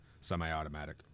semi-automatic